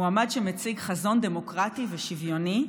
מועמד שמציג חזון דמוקרטי ושוויוני.